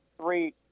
three